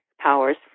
powers